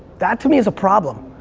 that to me is a problem.